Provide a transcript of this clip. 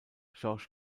georges